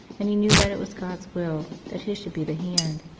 and he knew that it was god s will that his should be the hand,